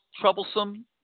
troublesome